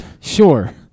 Sure